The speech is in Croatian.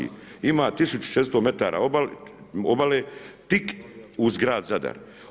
Ima 1600 metara obale, tik uz grad Zadar.